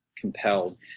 compelled